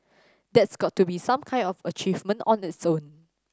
that's got to be some kind of achievement on its own